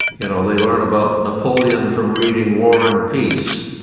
you know they learn about napoleon from reading war and peace,